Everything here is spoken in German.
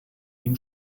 ihm